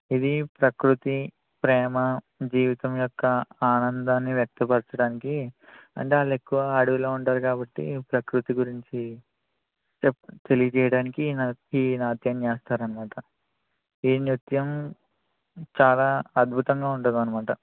ఇది ప్రకృతి ప్రేమ జీవితం యొక్క ఆనందాన్ని వ్యక్త పరచడానికి అంటే వాళ్ళు ఎక్కువ అడవిలో ఉంటారు కాబట్టి ప్రకృతి గురించి తెలియజేయడానికి ఈ నాట్యం చేస్తారన్నమాట ఈ నృత్యం చాలా అద్భుతంగా ఉంటుందన్నమాట